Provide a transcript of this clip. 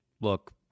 Look